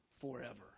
forever